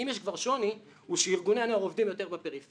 אם יש כבר שוני הוא שארגוני הנוער עובדים יותר בפריפריה